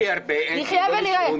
נחייה ונראה,